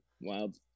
wild